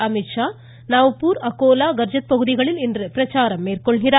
அமீத்ஷா நவப்பூர் அகோலா கர்ஜத் பகுதிகளில் இன்று பிரச்சாரம் மேற்கொள்கிறார்